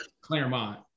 Claremont